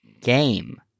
game